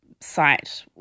site